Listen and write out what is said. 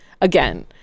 again